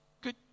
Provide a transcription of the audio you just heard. Good